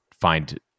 find